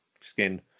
skin